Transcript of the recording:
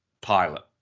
pilot